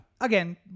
again